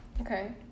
Okay